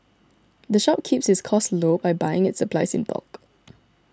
the shop keeps its costs low by buying its supplies in bulk